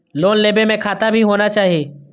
Loan लेबे में खाता भी होना चाहि?